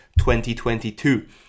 2022